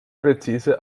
präzise